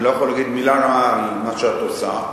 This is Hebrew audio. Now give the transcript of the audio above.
אני לא יכול להגיד מלה רעה על מה שאת עושה,